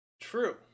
True